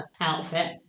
outfit